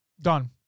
done